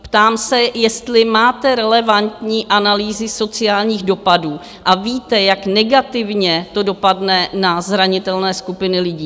Ptám se, jestli máte relevantní analýzy sociálních dopadů a víte, jak negativně to dopadne na zranitelné skupiny lidí.